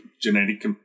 genetic